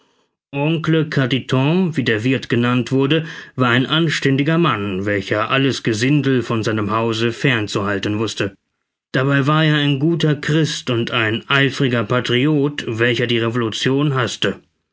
oncle carditon wie der wirth genannt wurde war ein anständiger mann welcher alles gesindel von seinem hause fern zu halten wußte dabei war er ein guter christ und ein eifriger patriot welcher die revolution haßte